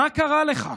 מה קרה לך?